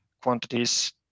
quantities